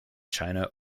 china